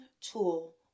tool